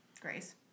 Grace